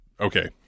okay